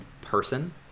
person